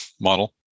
model